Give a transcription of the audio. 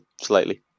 slightly